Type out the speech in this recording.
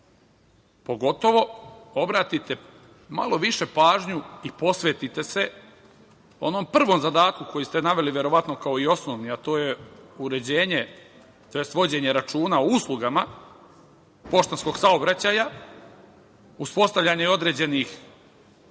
pogotovo, obratite malo više pažnju i posvetite se onom prvom zadatku koji ste naveli, verovatno kao i osnovni, a to je uređenje tj. vođenje računa o uslugama poštanskog saobraćaja, uspostavljanje određenih